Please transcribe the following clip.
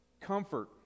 comfort